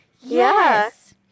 Yes